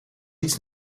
iets